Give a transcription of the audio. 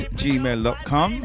gmail.com